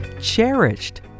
cherished